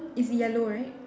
is yellow right